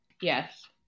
yes